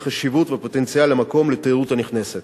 החשיבות והפוטנציאל של המקום לתיירות נכנסת.